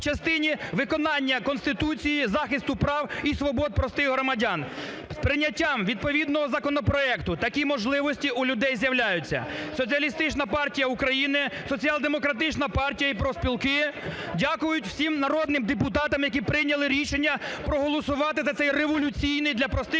виконання Конституції, захисту прав і свобод простих громадян. З прийняттям відповідного законопроекту такі можливості у людей з'являються. Соціалістична партія України, Соціал-демократична партія і профспілки дякують всім народним депутатам, які прийняли рішення проголосувати за це революційний для простих людей